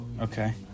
okay